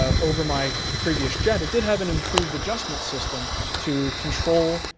over my previous jet, it did have an improved adjustment system to control,